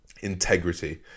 Integrity